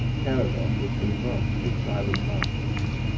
carrados was convulsed with silent laughter.